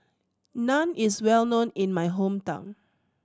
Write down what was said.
naan is well known in my hometown